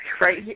right